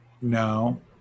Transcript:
No